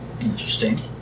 Interesting